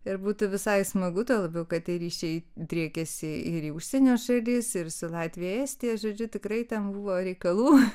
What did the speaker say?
ir būtų visai smagu tuo labiau kad tie ryšiai driekiasi ir į užsienio šalis ir su latvija estija žodžiu tikrai ten buvo reikalų